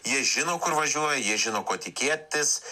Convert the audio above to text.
jie žino kur važiuoja jie žino ko tikėtis